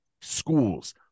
schools